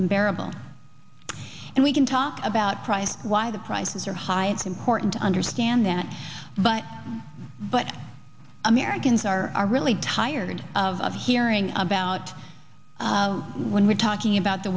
in bearable and we can talk about price why the prices are high it's important to understand that but but americans are really tired of hearing about when we're talking about the